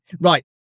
Right